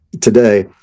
today